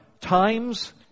times